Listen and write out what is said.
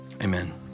amen